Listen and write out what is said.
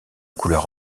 couleur